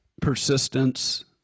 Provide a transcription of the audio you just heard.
persistence